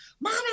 mommy